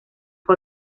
fue